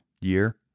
Year